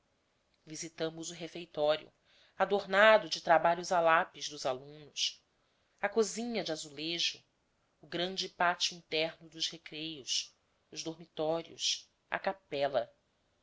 visitamos o refeitório adornado de trabalhos a lápis dos alunos a cozinha de azulejo o grande pátio interno dos recreios os dormitórios a capela